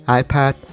iPad